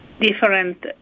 different